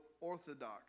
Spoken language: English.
orthodox